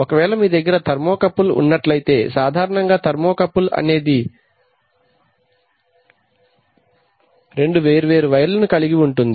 ఒకవేళ మీ దగ్గర ధర్మో కపుల్ ఉన్నట్లయితే సాదారణంగా ధర్మో కపుల్ అనేది రెండు వేరు వేరు వైర్లను కలిగి ఉంటుంది